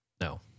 No